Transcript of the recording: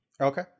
okay